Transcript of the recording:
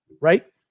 right